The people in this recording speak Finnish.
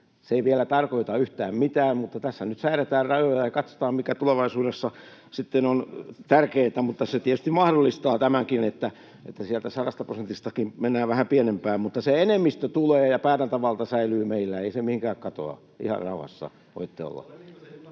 Se ei vielä tarkoita yhtään mitään, mutta tässä nyt säädetään rajoja ja katsotaan, mikä tulevaisuudessa sitten on tärkeätä. Mutta se tietysti mahdollistaa tämänkin, että sieltä sadasta prosentistakin mennään vähän pienempään. Mutta se enemmistö tulee ja päätäntävalta säilyy meillä, ei se mihinkään katoa. Ihan rauhassa voitte olla.